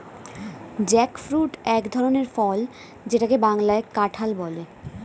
jackfruit এক ধরনের ফল যেটাকে বাংলাতে কাঁঠাল বলে